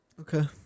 Okay